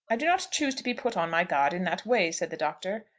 i do not choose to be put on my guard in that way, said the doctor.